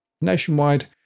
Nationwide